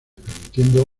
permitiendo